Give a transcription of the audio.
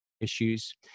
issues